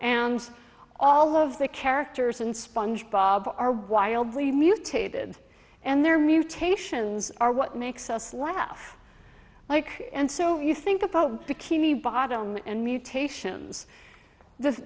and all of the characters in sponge bob are wildly mutated and they're mutations are what makes us laugh like and so you think about bikini bottom and mutations the